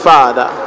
Father